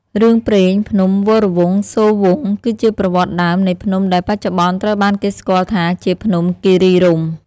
រឿងព្រេង ភ្នំវរវង្សសូរវង្ស គឺជាប្រវត្តិដើមនៃភ្នំដែលបច្ចុប្បន្នត្រូវបានគេស្គាល់ថាជា ភ្នំគិរីរម្យ។